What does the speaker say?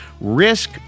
Risk